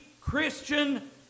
Christian